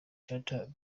chantal